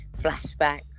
flashbacks